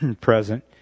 present